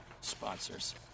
sponsors